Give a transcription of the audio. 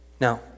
Now